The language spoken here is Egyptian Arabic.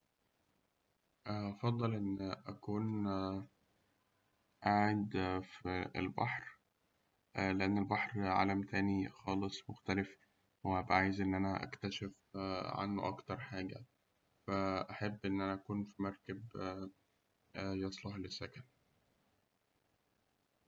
أفضل إن أكون أكون قاعد في البحر لأن البحر عالم تاني مختلف، وأبقى عايز إن أكتشف عنه أكتر حاجة، فأحب إن أنا أكون في مركب يصلح للسكن.